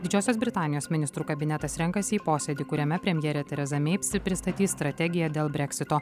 didžiosios britanijos ministrų kabinetas renkasi į posėdį kuriame premjerė tereza mei pristatys strategiją dėl breksito